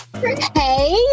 Hey